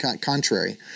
contrary